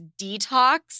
detox